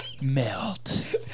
Melt